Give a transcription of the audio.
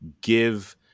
give